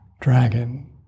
dragon